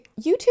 YouTube